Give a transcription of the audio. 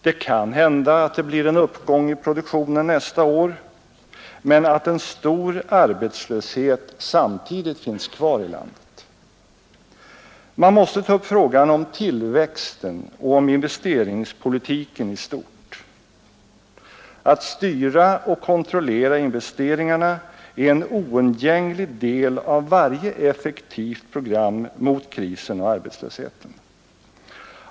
Det kan hända att det blir en uppgång i produktionen nästa år men att en stor arbetslöshet samtidigt finns kvar i landet. Man måste ta upp frågan om tillväxten och om investeringspolitiken i stort. Att styra och kontrollera investeringarna är en oundgänglig del av varje effektivt program mot krisen och arbetslösheten.